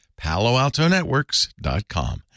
paloaltonetworks.com